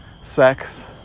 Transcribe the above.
sex